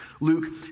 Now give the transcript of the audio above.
Luke